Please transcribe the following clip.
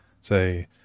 say